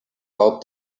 out